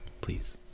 Please